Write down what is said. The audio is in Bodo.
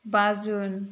बा जुन